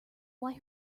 why